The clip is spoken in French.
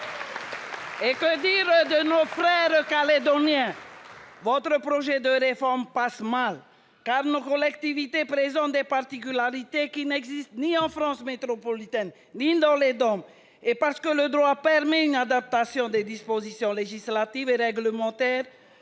Et que dire de nos frères calédoniens ? Votre projet de réforme passe mal, car nos collectivités présentent des particularités qui n'existent ni en France métropolitaine ni dans les DOM, et parce que le droit permet une adaptation des dispositions législatives et réglementaires